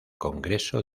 congreso